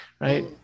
right